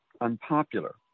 unpopular